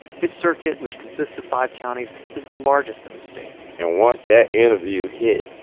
his circuit, which consists of five counties, is the largest in the state and once that interview hit,